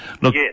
Look